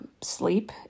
sleep